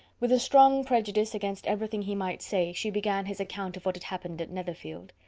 with a strong prejudice against everything he might say, she began his account of what had happened at netherfield.